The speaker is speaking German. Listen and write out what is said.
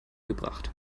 gebracht